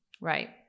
Right